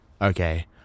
Okay